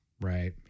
right